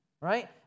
Right